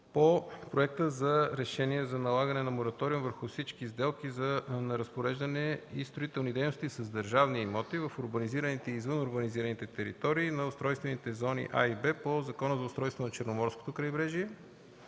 по Проекта за решение за налагане на мораториум върху всички сделки на разпореждане и строителни дейности с държавни имоти в урбанизираните и извън урбанизираните територии на устройствени зони „А” и „Б” по Закона за устройството на Черноморското крайбрежие,